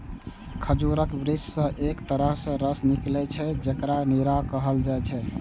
खजूरक वृक्ष सं एक तरहक रस निकलै छै, जेकरा नीरा कहल जाइ छै